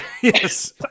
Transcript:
yes